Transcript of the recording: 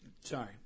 Sorry